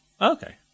Okay